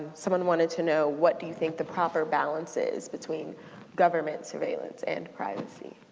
someone wanted to know what do you think the proper balance is between government surveillance and privacy?